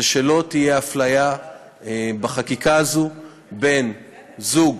זה שלא תהיה הפליה בחקיקה הזאת בין זוג